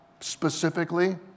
specifically